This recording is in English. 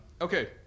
Okay